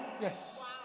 Yes